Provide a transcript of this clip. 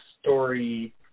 story